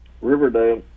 Riverdale